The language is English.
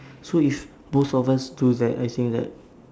so if both of us do that I think that